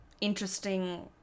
interesting